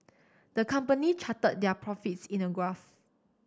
the company charted their profits in a graph